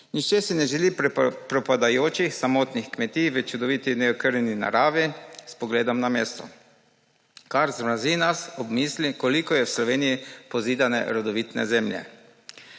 Nihče si ne želi propadajočih samotnih kmetij v čudoviti neokrnjeni naravi s pogledom na mesto. Kar zmrazi nas ob misli, koliko je v Sloveniji pozidane rodovitne zemlje.